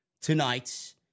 tonight